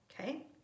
okay